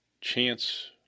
chance